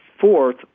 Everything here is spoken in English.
Fourth